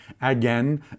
Again